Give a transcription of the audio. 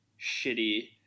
shitty